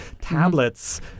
tablets